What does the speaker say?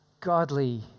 godly